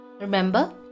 Remember